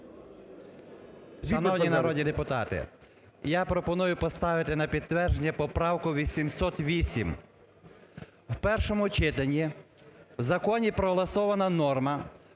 Шановні народні депутати! Я пропоную поставити на підтвердження поправку 808. В першому читанні в законі проголосована норма,